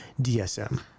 DSM